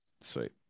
Sweet